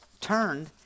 turned